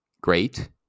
great